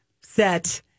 set